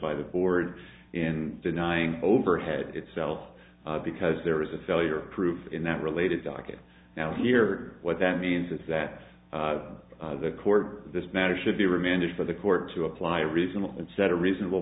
by the board in denying overhead itself because there is a failure proof in that related docket now here what that means is that the court this matter should be remanded for the court to apply reasonable and set a reasonable